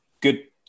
good